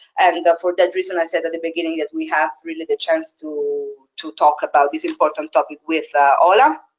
and for that reason i said at the beginning that we have really the chance to to talk about this important topic with ola.